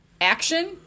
Action